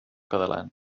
catalans